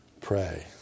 Pray